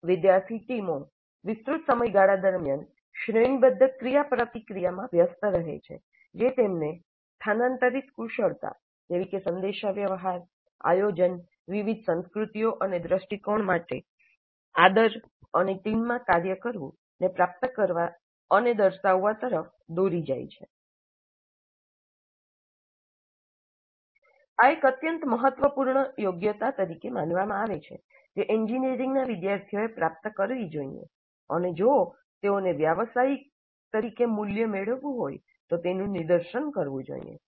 વિદ્યાર્થી ટીમો વિસ્તૃત સમયગાળા દરમિયાન શ્રેણીબદ્ધ ક્રિયાપ્રતિક્રિયામાં વ્યસ્ત રહે છે જે તેમને સ્થાનાંતરીત કુશળતા જેવી કે સંદેશાવ્યવહાર આયોજન વિવિધ સંસ્કૃતિઓ અને દ્રષ્ટિકોણ માટે આદર અને ટીમમાં કાર્ય કરવું ને પ્રાપ્ત કરવા અને દર્શાવવા તરફ દોરી જાય છે આ એક અત્યંત મહત્વપૂર્ણ યોગ્યતા તરીકે માનવામાં આવે છે જે એન્જિનિયરિંગના વિદ્યાર્થીઓએ પ્રાપ્ત કરવી જોઈએ અને જો તેઓને વ્યાવસાયિક તરીકે મૂલ્ય મેળવવું હોય તો તેનું નિદર્શન કરવું જોઈએ